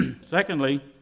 Secondly